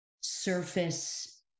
surface